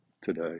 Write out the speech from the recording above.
today